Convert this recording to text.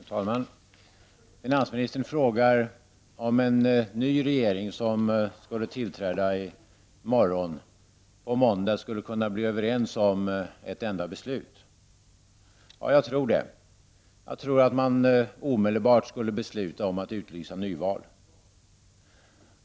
Herr talman! Finansministern frågar om en ny regering som skulle tillträda i morgon skulle kunna bli överens om ett enda beslut på måndag. Ja, jag tror det. Jag tror att man omedelbart skulle besluta om att utlysa nyval.